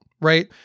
right